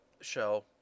show